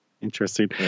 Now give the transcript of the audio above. Interesting